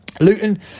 Luton